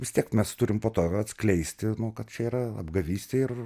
vis tiek mes turim po to atskleisti kad čia yra apgavystė ir